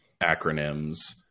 acronyms